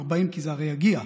כי זה הרי יגיע,